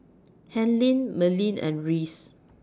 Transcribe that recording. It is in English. Helene Merlin and Reyes